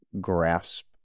grasp